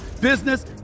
business